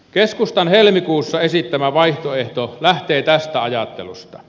keskustan helmikuussa esittämä vaihtoehto lähtee tästä ajattelusta